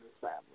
family